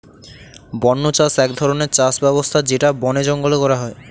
বন্য চাষ এক ধরনের চাষ ব্যবস্থা যেটা বনে জঙ্গলে করা হয়